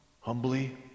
humbly